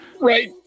Right